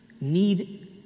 need